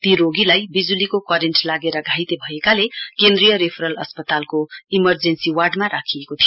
ती रोगी विज़ुलीको करेन्ट लागेर घाइते भएकाले केन्द्रीय रेफरल अस्पतालका इमरजेन्सी वार्डमा राखिएको थियो